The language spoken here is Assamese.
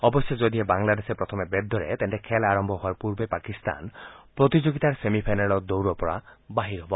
অৱশ্যে যদিহে বাংলাদেশে প্ৰথমে বেট ধৰে তেন্তে খেল আৰম্ভ হোৱাৰ পূৰ্বে পাকিস্তান প্ৰতিযোগিতাৰ ছেমি ফাইনেলৰ দৌৰৰ পৰা বাহিৰ হ'ব